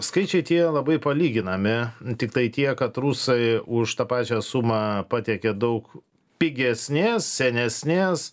skaičiai tie labai palyginami tiktai tiek kad rusai už tą pačią sumą pateikė daug pigesnės senesnės